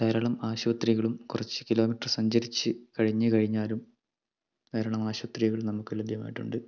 ധാരാളം ആശുപത്രികളും കുറച്ച് കിലോമീറ്റർ സഞ്ചരിച്ച് കഴിഞ്ഞ് കഴിഞ്ഞാലും ധാരാളം ആശുപത്രികൾ നമുക്ക് ലഭ്യമായിട്ടുണ്ട്